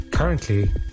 Currently